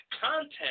content